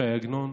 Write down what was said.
ש"י עגנון,